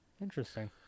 Interesting